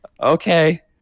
okay